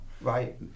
Right